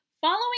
Following